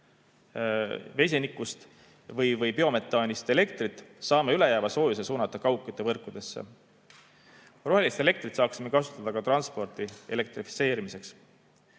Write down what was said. vesinikust või biometaanist, saame ülejääva soojuse suunata kaugküttevõrkudesse. Rohelist elektrit saaksime kasutada ka transpordi elektrifitseerimiseks.